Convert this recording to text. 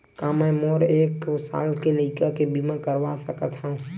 का मै मोर एक साल के लइका के बीमा करवा सकत हव?